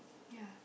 ya